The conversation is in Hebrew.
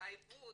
התחייבות